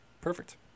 Perfect